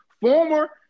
Former